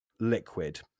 liquid